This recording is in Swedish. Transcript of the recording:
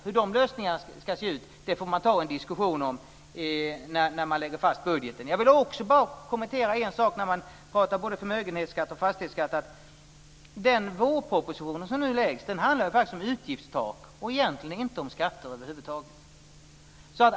Hur de lösningarna ska se ut får vi ta en diskussion om när man lägger fast budgeten. Jag vill kommentera en sak när man talar om förmögenhetskatt och fastighetsskatt. Den vårproposition som nu läggs fram faktiskt handlar om utgiftstak och egentligen inte om skatter över huvud taget.